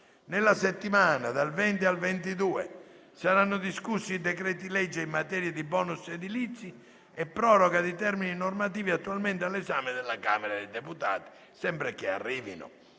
Nella settimana dal 20 al 22 febbraio saranno discussi i decreti-legge in materia di *bonus* edilizi e proroga di termini normativi, attualmente all'esame della Camera dei deputati. Nella settimana